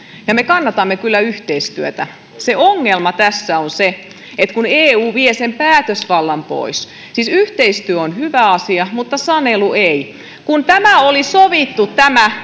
ja me kannatamme kyllä yhteistyötä se ongelma tässä on se että eu vie sen päätösvallan pois siis yhteistyö on hyvä asia mutta sanelu ei kun oli sovittu